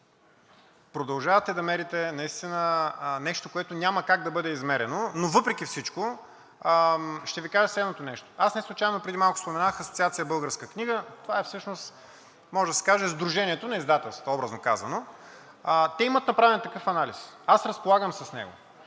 Продължавате да мерите нещо, което няма как да бъде измерено. Но въпреки всичко, ще Ви кажа следното нещо: неслучайно преди малко споменах Асоциация „Българска книга“ – това е всъщност сдружението на издателствата, образно казано. Те имат направен такъв анализ – аз разполагам с него.